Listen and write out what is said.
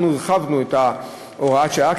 אנחנו הרחבנו את הוראת השעה,